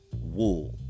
wool